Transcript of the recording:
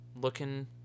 looking